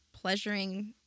pleasuring